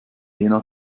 jena